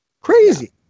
Crazy